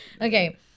Okay